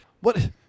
What-